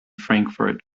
frankfurt